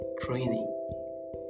training